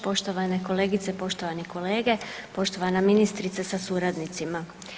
Poštovane kolegice, poštovani kolege, poštovana ministrice sa suradnicima.